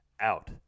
out